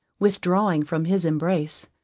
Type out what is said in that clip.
withdrawing from his embrace,